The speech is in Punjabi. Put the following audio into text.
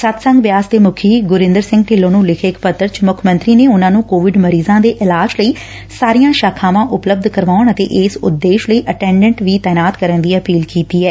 ਸਤਿਸੰਗ ਬਿਆਸ ਦੇ ਮੁੱਖੀ ਗੁਰਿੰਦਰ ਸਿੰਘ ਢਿੱਲੋਂ ਨੂੰ ਲਿਖੇ ਪੱਤਰ ਚ ਮੁੱਖ ਮੰਤਰੀ ਨੇ ਉਨੂਾਂ ਨੂੰ ਕੋਵਿਡ ਮਰੀਜ਼ਾਂ ਦੇ ਇਲਾਜ ਲਈ ਸਾਰੀਆਂ ਸਾਖਾਵਾਂ ਉਪਲਬੱਧ ਕਰਵਾਉਣ ਅਤੇ ਇਸ ਉਦੇਸ਼ ਲਈ ਅਟੈਡੈਂਟ ਵੀ ਤਾਇਨਾਤ ਕਰਨ ਦੀ ਅਪੀਲ ਕੀਤੀ ਐ